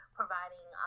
providing